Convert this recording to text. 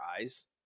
eyes